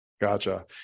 Gotcha